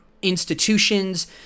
institutions